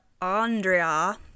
Andrea